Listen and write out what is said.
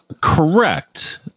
Correct